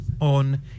on